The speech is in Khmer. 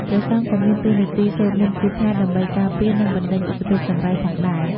ព្រះសង្ឃក៏មានតួនាទីសូត្រមន្តគាថាដើម្បីការពារ និងបណ្តេញឧបទ្រពចង្រៃផងដែរ។